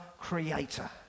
creator